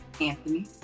Anthony